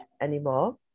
anymore